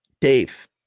Dave